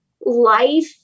life